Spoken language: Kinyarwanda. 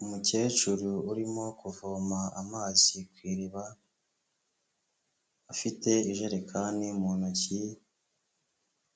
Umukecuru urimo kuvoma amazi ku iriba afite ijerekani mu ntoki,